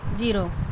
zero